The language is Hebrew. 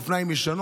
אופניים ישנים